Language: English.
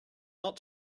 not